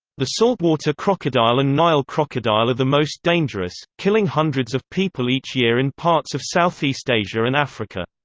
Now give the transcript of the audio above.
the saltwater crocodile and nile crocodile are the most dangerous, killing hundreds of people each year in parts of southeast asia and africa.